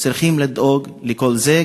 צריכים לדאוג לכל זה,